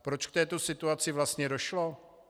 Proč k této situaci vlastně došlo?